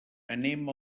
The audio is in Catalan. anem